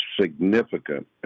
significant